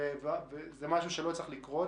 זה משהו שלא צריך לקרות.